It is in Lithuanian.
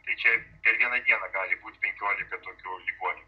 tai čia per vieną dieną gali būt penkiolika tokių ligonių